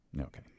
Okay